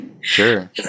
Sure